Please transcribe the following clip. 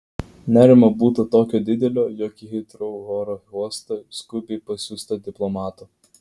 nerimo būta tokio didelio jog į hitrou oro uostą skubiai pasiųsta diplomatų